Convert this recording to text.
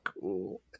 cool